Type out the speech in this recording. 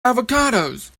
avocados